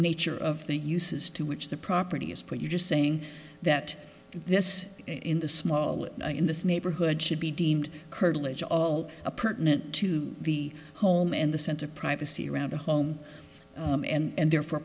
nature of the uses to which the property is put you just saying that this is in the small in this neighborhood should be deemed curtilage all the pertinent to the home in the sense of privacy around the home and therefore